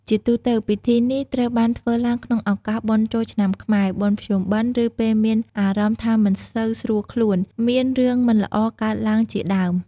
ជាទូទៅ ពិធីនេះត្រូវបានធ្វើឡើងក្នុងឱកាសបុណ្យចូលឆ្នាំខ្មែរ បុណ្យភ្ជុំបិណ្ឌ ឬពេលមានអារម្មណ៍ថាមិនសូវស្រួលខ្លួន មានរឿងមិនល្អកើតឡើងជាដើម។